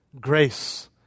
grace